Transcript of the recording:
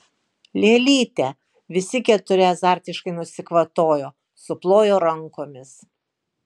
lėlytė visi keturi azartiškai nusikvatojo suplojo rankomis